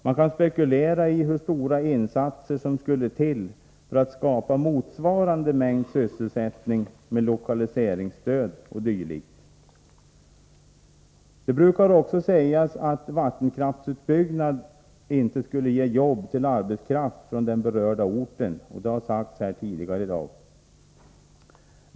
Man kan spekulera i hur stora insatser som skulle till för att skapa motsvarande mängd sysselsättning med lokaliseringsstöd o. d. Det brukar också sägas att vattenkraftsutbyggnad inte skulle ge jobb till arbetskraft från den berörda orten — det har även sagts här tidigare i dag.